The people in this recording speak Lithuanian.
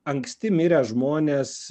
anksti mirę žmonės